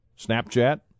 Snapchat